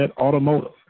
Automotive